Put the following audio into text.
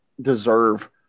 deserve